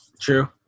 True